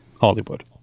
Hollywood